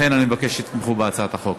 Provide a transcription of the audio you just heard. לכן אני מבקש שתתמכו בהצעת החוק.